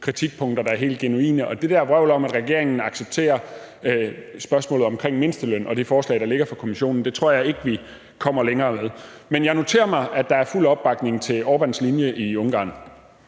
kritikpunkter, der er helt genuine. Det der vrøvl om, at regeringen accepterer spørgsmålet omkring mindsteløn og det forslag, der ligger fra Kommissionen, tror jeg ikke at vi kommer længere med. Men jeg noterer mig, at der er fuld opbakning til Orbáns linje i Ungarn.